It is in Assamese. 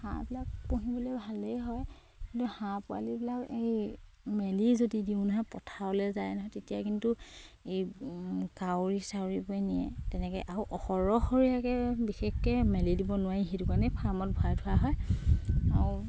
হাঁহবিলাক পুহিবলে ভালেই হয় কিন্তু হাঁহ পোৱালিবিলাক এই মেলি যদি দিওঁ নহয় পথাৰলে যায় নহয় তেতিয়া কিন্তু এই কাউৰী চাউৰিবোৰে নিয়ে তেনেকে আৰু সৰহ সৰিয়াকে বিশেষকে মেলি দিব নোৱাৰি সেইটো কাৰণে ফাৰ্মত ভৰাই ধোৱা হয় আৰু